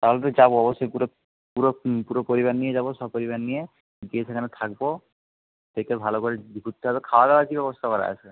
কালকে যাবো সে পুরো পুরো পুরো পরিবার নিয়ে যাবো সপরিবার নিয়ে গিয়ে সেখানে থাকবো থেকে ভালো করে ঘুরতে হবে খাওয়া দাওয়ার কি ব্যবস্থা করা আছে